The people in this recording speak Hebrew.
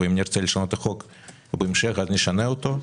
אם נרצה לשנות את החוק, בהמשך נשנה את החוק,